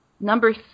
number